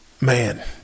man